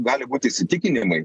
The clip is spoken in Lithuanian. gali būt įsitikinimai